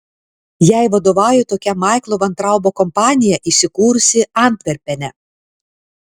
jai vadovauja tokia maiklo vaintraubo kompanija įsikūrusi antverpene